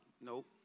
Nope